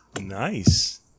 Nice